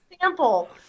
sample